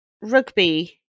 rugby